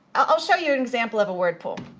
i'll show you an example of a word pool.